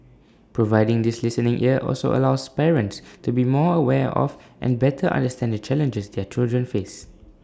providing this listening ear also allows parents to be more aware of and better understand the challenges their children face